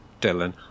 Dylan